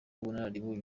ubunararibonye